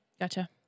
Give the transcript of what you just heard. Gotcha